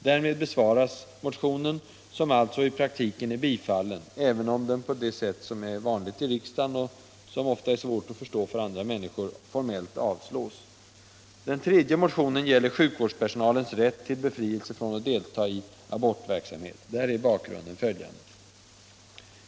Därmed besvaras motionen, som alltså i praktiken är bifallen, även om den på det sätt som är vanligt för oss här i riksdagen — och som ofta är svårt att förstå för andra människor — formellt avslås. Den tredje motionen gäller sjukvårdspersonalens rätt till befrielse från att delta i abortverksamhet. Där är bakgrunden följande.